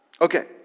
Okay